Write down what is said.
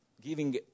giving